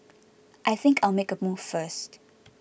I think I'll make a move first